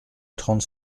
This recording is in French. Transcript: trente